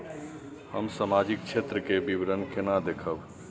हम सामाजिक क्षेत्र के विवरण केना देखब?